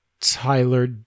Tyler